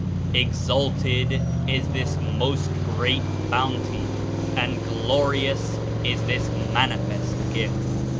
exalted is this most great bounty and glorious is this manifest gift!